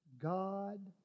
God